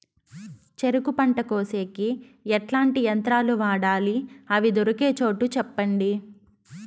చెరుకు పంట కోసేకి ఎట్లాంటి యంత్రాలు వాడాలి? అవి దొరికే చోటు చెప్పండి?